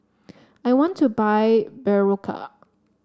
I want to buy Berocca